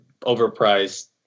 overpriced